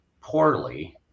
poorly